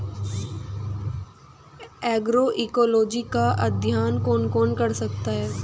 Agroecology का अध्ययन कौन कौन कर सकता है?